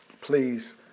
Please